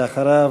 אחריו,